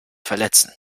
verletzen